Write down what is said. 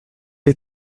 les